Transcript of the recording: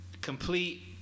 complete